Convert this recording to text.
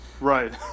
Right